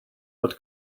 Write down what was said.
what